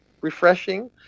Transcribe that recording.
refreshing